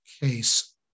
case